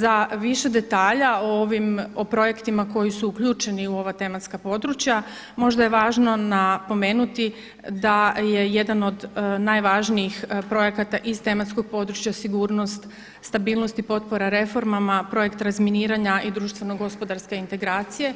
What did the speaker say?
Za više detalja o ovim, o projektima koji su uključeni u ova tematska područja možda je važno napomenuti da je jedan od najvažnijih projekata iz tematskog područja sigurnosti, stabilnosti i potpora reformama, projekt razminiranja i društveno gospodarska integracija